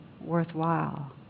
worthwhile